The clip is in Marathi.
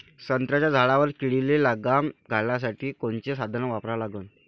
संत्र्याच्या झाडावर किडीले लगाम घालासाठी कोनचे साधनं वापरा लागन?